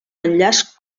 enllaç